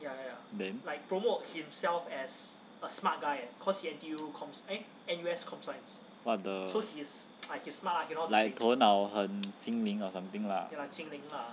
then what the like 头脑很精灵 or something